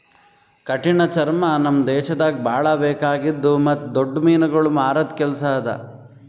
ಕಠಿಣ ಚರ್ಮ ನಮ್ ದೇಶದಾಗ್ ಭಾಳ ಬೇಕಾಗಿದ್ದು ಮತ್ತ್ ದೊಡ್ಡ ಮೀನುಗೊಳ್ ಮಾರದ್ ಕೆಲಸ ಅದಾ